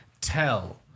tell